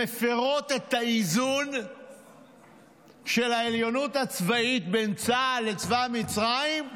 שמפרות את איזון העליונות הצבאית בין צה"ל לצבא מצרים.